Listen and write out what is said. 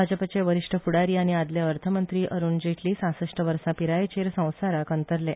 भाजपाचे वरिष्ट फुडारी आनी आदले अर्थमंत्री अरुण जेटली सासह्वष्ट वर्सा पिरायेचेर संसाराक अंतरले